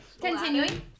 continuing